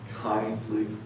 kindly